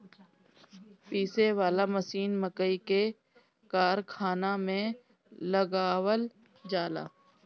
पीसे वाला मशीन मकई के कारखाना में लगावल जाला